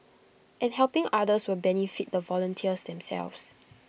and helping others will benefit the volunteers themselves